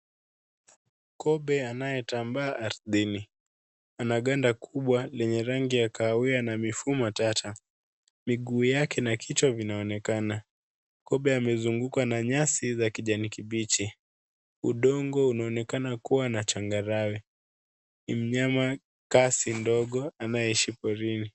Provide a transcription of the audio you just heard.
Kobe anayetambaa ardhini, ana ganda kubwa lenye rangi ya kahawia na mifuu matata. Miguu yake na kichwa vinaonekana. Kobe amezungukwa na nyasi za kijani kibichi. Udongo unaonekana kuwa na changarawe. Ni mnyama kasi ndogo anayeishi porini.